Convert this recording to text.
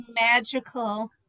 magical